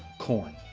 corn.